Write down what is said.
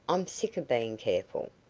i'm sick of being careful.